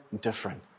different